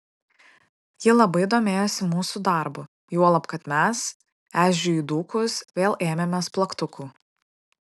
ji labai domėjosi mūsų darbu juolab kad mes ežiui įdūkus vėl ėmėmės plaktukų